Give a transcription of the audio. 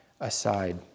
aside